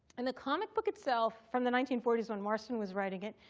and the comic book itself, from the nineteen forty s, when marston was writing it,